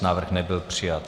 Návrh nebyl přijat.